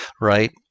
right